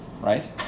right